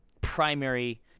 primary